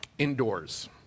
Indoors